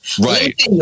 Right